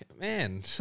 man